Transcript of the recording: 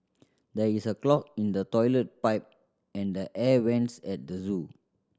there is a clog in the toilet pipe and the air vents at the zoo